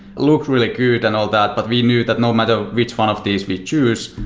look really good and all that, but we knew that no matter which one of these we choose,